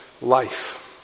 life